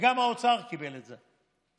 וגם האוצר קיבל את זה.